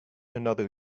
another